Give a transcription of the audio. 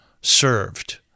served